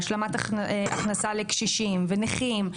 והשלמת הכנסה לקשישים ונכים,